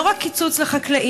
לא רק קיצוץ לחקלאים,